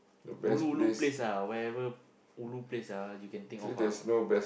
ulu ulu place ah whatever ulu place ah you can think of ah